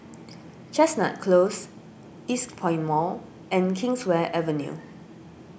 Chestnut Close Eastpoint Mall and Kingswear Avenue